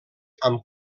amb